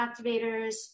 activators